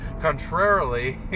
Contrarily